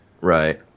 right